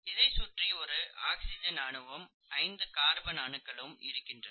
இதை சுற்றி ஒரு ஆக்சிஜன் அணுவும் ஐந்து கார்பன் அணுக்களும் இருக்கின்றன